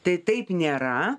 tai taip nėra